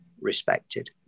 respected